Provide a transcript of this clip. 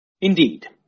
Indeed